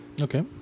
Okay